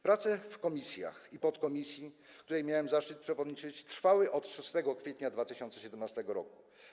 Prace w komisjach i podkomisji, której miałem zaszczyt przewodniczyć, trwały od 6 kwietnia 2017 r.